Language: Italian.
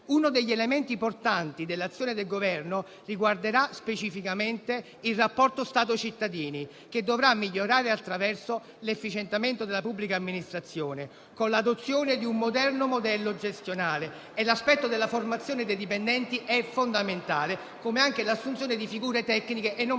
Uno degli elementi portanti dell'azione del Governo riguarderà specificamente il rapporto Stato-cittadini, che dovrà migliorare attraverso l'efficientamento della pubblica amministrazione, con l'adozione di un moderno modello gestionale. L'aspetto della formazione dei dipendenti è fondamentale, come lo è anche l'assunzione di figure tecniche e non più